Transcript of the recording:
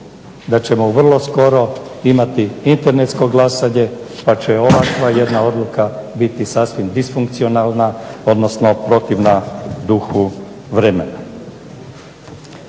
da ćemo vrlo skoro imati internetsko glasanje pa će ovakva jedna odluka biti sasvim disfunkcionalna, odnosno protivna duhu vremena.